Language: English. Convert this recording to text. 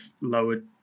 lowered